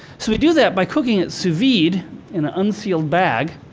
so we do that by cooking it sous vide, in an unsealed bag,